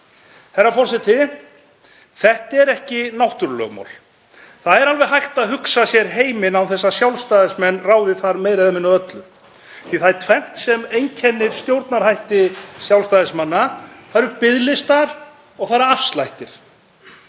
Þetta er ekki náttúrulögmál. Það er alveg hægt að hugsa sér heiminn án þess að Sjálfstæðismenn ráði þar meira eða minna öllu, því að það er tvennt sem einkennir stjórnarhætti Sjálfstæðismanna: Það eru biðlistar og það eru afslættir.